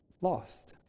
lost